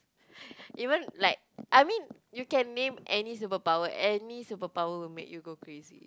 even like I mean you can name any superpower any superpower will make you go crazy